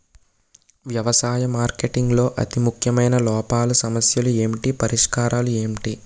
వ్యవసాయ మార్కెటింగ్ లో అతి ముఖ్యమైన లోపాలు సమస్యలు ఏమిటి పరిష్కారాలు ఏంటి?